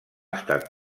estat